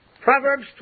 Proverbs